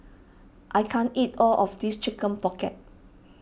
I can't eat all of this Chicken Pocket